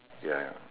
ya